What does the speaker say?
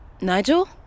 Nigel